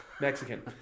Mexican